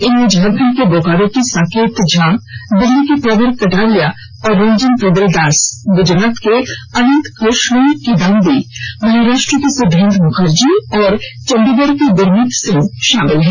इनमें झारखंड के बोकारो के साकेत झा दिल्ली के प्रवर कटारिया और रंजिम प्रबल दास गुजरात के अनंत कृष्णी किदांबी महाराष्ट्र के सिद्धांत मुखर्जी और चंडीगढ़ के गुरमित सिंह शामिल हैं